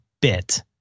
bit